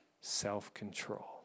self-control